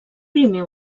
primer